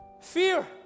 fear